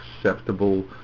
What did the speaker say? acceptable